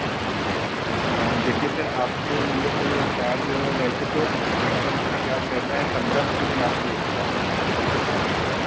देखिये सर आपके लिए तो चार्ज वैसे तो मैक्सिमम उसका चार्ज रहता है पंद्रह सौ लेकिन आपके लिए एक हजार है ठीक है